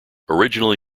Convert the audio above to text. originally